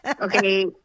okay